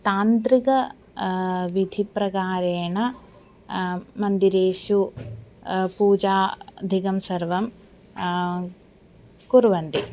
तान्त्रिक विधिप्रकारेण मन्दिरेषु पूजादिकं सर्वं कुर्वन्ति